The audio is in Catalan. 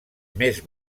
més